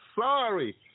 sorry